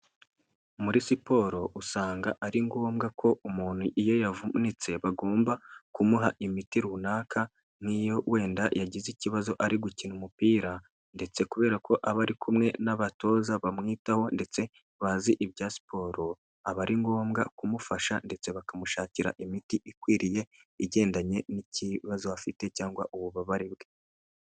Muri siporo usanga ari ngombwa ko umuntu iyo yavunitse bagomba kumuha imiti runaka nk'iyo wenda yagize ikibazo ari gukina umupira ndetse kubera ko aba ari kumwe n'abatoza bamwitaho ndetse bazi ibya siporo, aba ari ngombwa kumufasha ndetse bakamushakira imiti ikwiriye igendanye n'ikibazo afite cyangwa ububabare bwe.